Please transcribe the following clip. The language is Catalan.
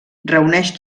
reuneix